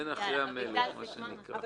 שינמק.